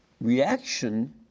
reaction